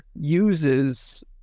uses